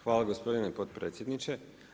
Hvala gospodine potpredsjedniče.